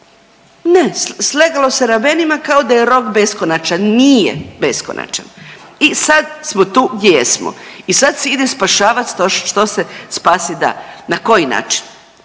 Ne, sleglo se ramenima kao da je rok beskonačan, nije beskonačan. I sad smo tu gdje jesmo i sad se ide spašavati to što se spasit da. Na koji način?